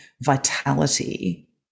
vitality